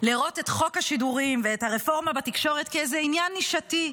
לראות את חוק השידורים ואת הרפורמה בתקשורת כעניין נישתי,